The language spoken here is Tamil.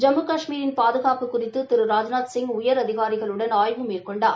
ஜம்மு கஷ்மீரின் பாதுகாப்பு குறித்து திரு ராஜ்நாத்சிங் உயரதிகாரிகளுடன் ஆய்வு மேற்கொண்டார்